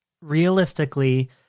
realistically